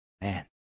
Man